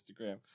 Instagram